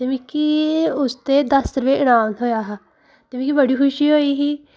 ते मिगी उसदे दस्स रपेऽ इनाम थ्होएआ हा ते मिगी बड़ी खुशी होई ही